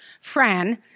Fran